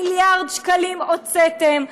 מיליארד שקלים הוצאתם,